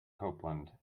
copeland